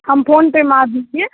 हम फोनपे मार दीजिए